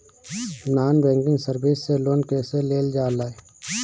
Non banking service से loan कैसे लेल जा ले?